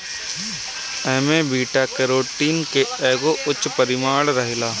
एमे beta carotene के एगो उच्च परिमाण रहेला